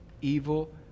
evil